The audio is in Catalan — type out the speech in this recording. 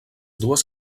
dues